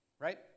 Right